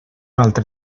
altre